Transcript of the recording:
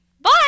Bye